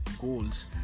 goals